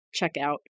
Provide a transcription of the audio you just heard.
checkout